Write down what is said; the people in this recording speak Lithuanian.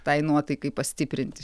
tai nuotaikai pastiprinti